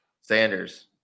Sanders